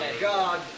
God